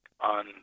on